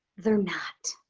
they're not!